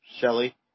Shelly